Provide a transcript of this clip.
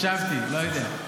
חשבתי, לא יודע.